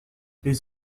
les